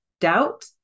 Doubt